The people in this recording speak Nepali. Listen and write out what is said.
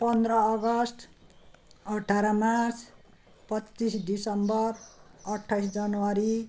पन्ध्र अगस्त अठार मार्च पच्चिस डिसेम्बर अट्ठाइस जनवरी